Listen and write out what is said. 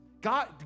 God